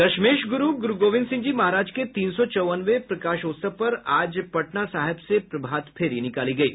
दशमेश ग्रू ग्रूगोविंद सिंह जी महाराज के तीन सौ चौवनवें प्रकाशोत्सव पर आज पटना साहिब से प्रभात फेरी निकाली गयी